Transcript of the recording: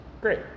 Great